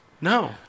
No